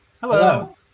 Hello